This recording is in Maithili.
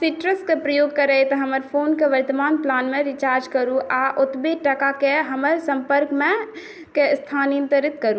सीट्रस के प्रयोग करैत हमर फोन के वर्तमान प्लान मे रिचार्ज करू आ ओतबे टाकाके हमर सम्पर्कमे के स्थानांतरित करू